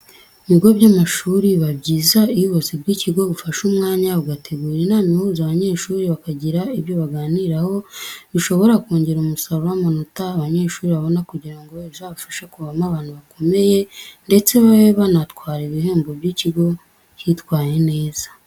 Mu bigo by'amashuri biba byiza iyo ubuyobozi bw'ikigo bufashe umwanya bugategura inama ihuza abanyeshuri bakagira ibyo baganiraho, bishobora kongera umusaruro w'amanota abanyeshuri babona kugira ngo bizabafashe kuvamo abantu bakomeye, ndetse babe banatwara ibihembo by'ikigo cyitawaye neza.